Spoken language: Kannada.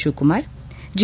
ಶಿವಕುಮಾರ್ ಜಿ